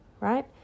right